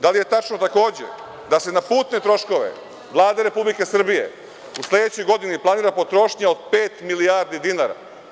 Da li je tačno, takođe, da se na putne troškove Vlada Republike Srbije u sledećoj godini planira potrošnja od pet milijardi dinara?